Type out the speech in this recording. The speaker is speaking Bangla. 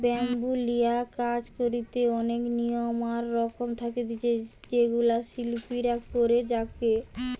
ব্যাম্বু লিয়া কাজ করিতে অনেক নিয়ম আর রকম থাকতিছে যেগুলা শিল্পীরা করে থাকে